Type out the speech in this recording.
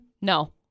no